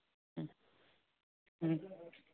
ꯎꯝ ꯎꯝ